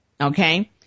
Okay